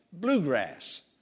bluegrass